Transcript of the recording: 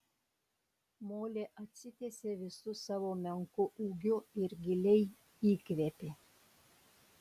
molė atsitiesė visu savo menku ūgiu ir giliai įkvėpė